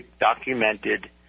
documented